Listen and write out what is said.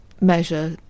measure